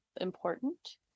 important